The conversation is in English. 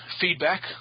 feedback